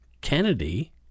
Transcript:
kennedy